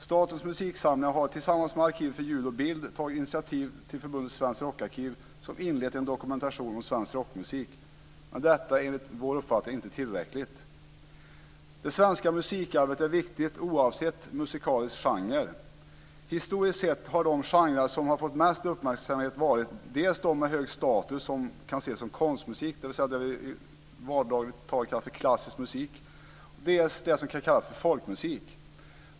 Statens musiksamlingar har tillsammans med Arkivet för ljud och bild tagit initiativ till Förbundet Svenskt rockarkiv som inlett en dokumentation om svensk rockmusik. Men detta är enligt vår uppfattning inte tillräckligt. Det svenska musikarvet är viktigt, oavsett musikalisk genre. Historiskt sett har de genrer som fått mest uppmärksamhet varit dels de med hög status som kan ses som konstmusik - i vardagligt tal kallat klassisk musik - dels det som kan kallas för folkmusik.